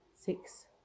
six